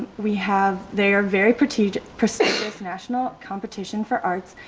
we have their very prestigious prestigious national competition for arts,